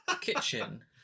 kitchen